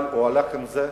אבל הוא הלך עם זה.